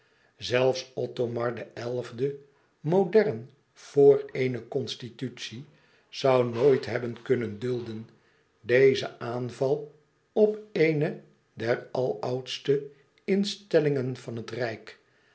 othomar xi modern vor eene constitutie zoû nooit hebben kunnen dulden dezen aanval op eene der aloudste instellingen van het rijk